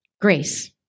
Grace